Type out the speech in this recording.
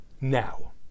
Now